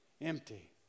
empty